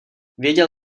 věděl